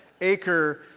acre